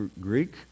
Greek